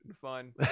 fun